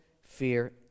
fear